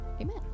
Amen